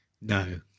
no